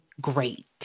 great